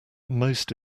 most